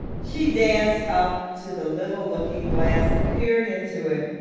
she danced up to the little looking-glass and peered into it.